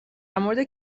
مورد